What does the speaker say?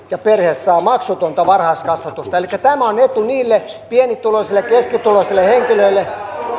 ja perhe saa maksutonta varhaiskasvatusta elikkä tämä on etu niille pienituloisille ja keskituloisille henkilöille